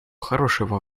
хорошего